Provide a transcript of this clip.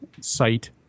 site